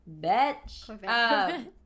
Bitch